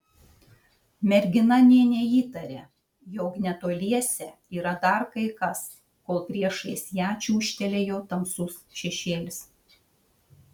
mergina nė neįtarė jog netoliese yra dar kai kas kol priešais ją čiūžtelėjo tamsus šešėlis